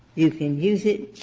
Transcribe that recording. you can use it